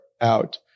out